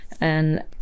And-